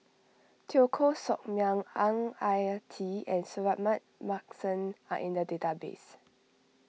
Teo Koh Sock Miang Ang Ah Tee and Suratman Markasan are in the database